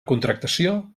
contractació